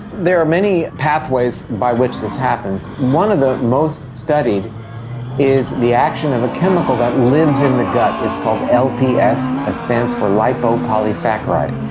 there are many pathways by which this happens. one of the most studied is the action of a chemical that lives in the gut, it's called lps, it stands for lipopolysaccharide.